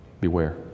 Beware